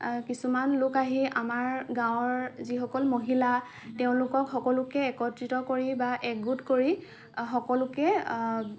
কিছুমান লোক আহি আমাৰ গাঁৱৰ যিসকল মহিলা তেওঁলোকক সকলোকে একত্ৰিত কৰি বা একগোট কৰি সকলোকে